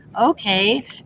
okay